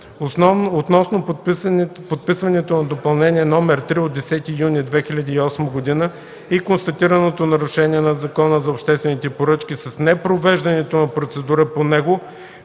Относно подписването на Допълнение № 3 от 10 юни 2008 г. и констатираното нарушение на Закона за обществени поръчки с непровеждането на процедура по него